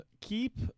keep